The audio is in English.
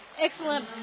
Excellent